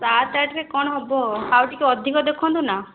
ସାତେ ଆଠରେ କ'ଣ ହେବ ଆଉ ଟିକିଏ ଅଧିକ ଦେଖନ୍ତୁ ନା